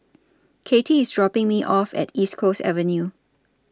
Katie IS dropping Me off At East Coast Avenue